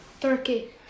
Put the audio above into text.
Turkey